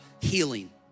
healing